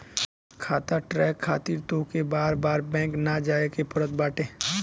खाता ट्रैक खातिर तोहके बार बार बैंक ना जाए के पड़त बाटे